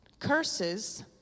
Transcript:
Curses